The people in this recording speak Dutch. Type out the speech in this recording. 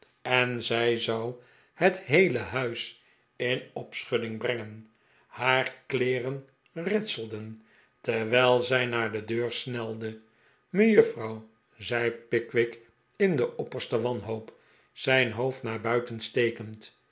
en zij zou het heele huis in opschudding brengen haar kleeren ritselden terwijl zij naar de deur snelde mejuffrouw zei pickwick in de opperste wanhoop zijn hoofd naar buiten stekend